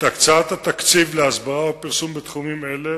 את הקצאת התקציב להסברה ולפרסום בתחומים אלה,